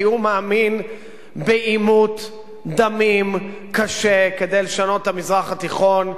כי הוא מאמין בעימות דמים קשה כדי לשנות את המזרח התיכון.